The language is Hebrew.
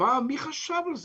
פעם מי חשב על זה?